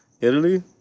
Italy